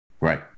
Right